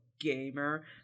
gamer